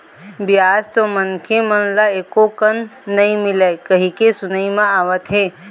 बियाज तो मनखे मन ल एको कन नइ मिलय कहिके सुनई म आवत हे